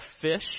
fish